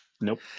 nope